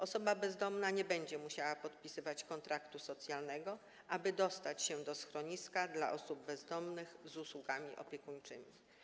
Osoba bezdomna nie będzie musiała podpisywać kontraktu socjalnego, aby dostać się do schroniska dla osób bezdomnych z usługami opiekuńczymi.